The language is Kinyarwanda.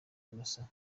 innocent